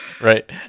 Right